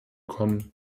kommen